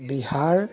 Bihar